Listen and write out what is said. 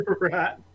Right